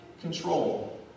control